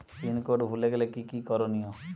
Pin code ভুলে গেলে কি কি করনিয়?